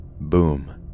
boom